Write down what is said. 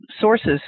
sources